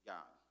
God